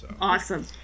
Awesome